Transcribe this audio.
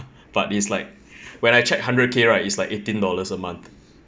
but it's like when I check hundred K right it's like eighteen dollars a month